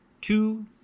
two